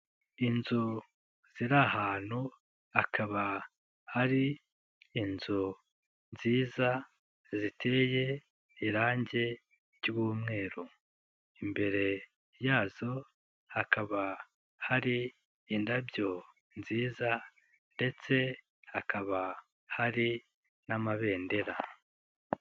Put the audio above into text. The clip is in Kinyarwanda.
Inzu ziri ahantu, hakaba, hari, inzu, nziza, ziteye, irangi ry'imweru, imbere yazo, hakaba, hari indabyo nziza, ndetse hakaba hari n'amabendera.